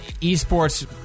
eSports